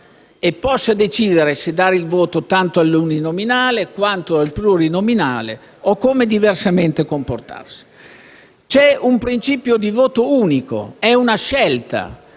e possa decidere se dare il voto tanto all'uninominale quanto al plurinominale o come diversamente comportarsi. Vi è un principio di voto unico, è una scelta